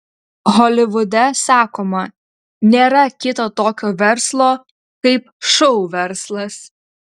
holivude sakoma nėra kito tokio verslo kaip šou verslas